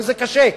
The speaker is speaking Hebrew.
וזה קשה: